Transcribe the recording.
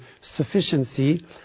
sufficiency